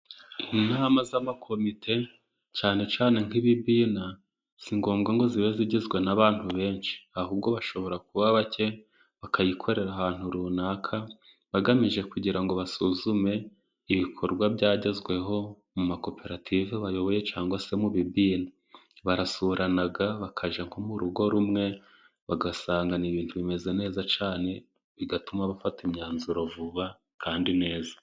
Inama z'amakomite cyane cyane nk'ibibina si ngombwa ngo zibe zigizwe n'abantu benshi, ahubwo bashobora kuba bake bakayikorera ahantu runaka bagamije kugira ngo basuzume ibikorwa byagezweho mu makoperative bayoboye cyangwa se mu bina. Barasurana, bakajya mu rugo rumwe, bagasanga ni ibintu bimeze neza cyane bigatuma bafata imyanzuro vuba kandi neza.